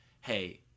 hey